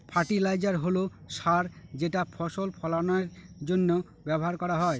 fertiliser হল সার যেটা ফসল ফলানের জন্য ব্যবহার করা হয়